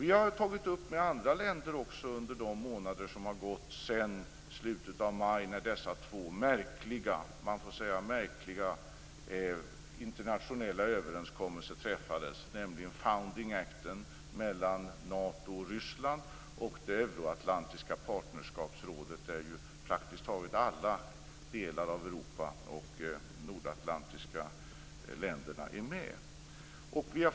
Vi har tagit upp detta med andra länder också under de månader som har gått sedan slutet av maj när dessa två märkliga, det får man säga, internationella överenskommelser träffades. Jag talar om denna founding act mellan Nato och Ryssland och det euroatlantiska partnerskapsrådet där ju praktiskt taget alla delar av Europa och alla de nordatlantiska länderna är med.